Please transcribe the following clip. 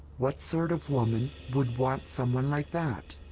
what sort of woman would want someone like that?